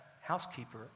housekeeper